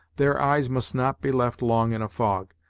their eyes must not be left long in a fog,